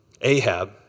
Ahab